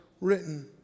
written